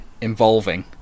involving